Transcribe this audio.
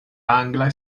angla